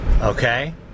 Okay